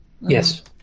Yes